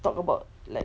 talk about like